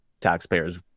taxpayers